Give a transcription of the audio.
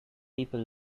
people